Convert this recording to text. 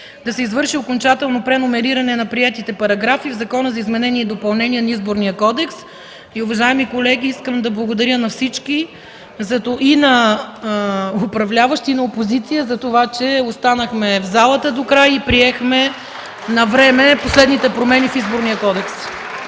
да се извърши окончателно преномериране на приетите параграфи в Закона за изменение и допълнение на Изборния кодекс. Уважаеми колеги, искам да благодаря на всички – и на управляващите, и на опозицията, за това, че останахме в залата до края и приехме навреме последните промени в Изборния кодекс.